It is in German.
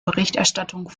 berichterstattung